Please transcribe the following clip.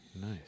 Nice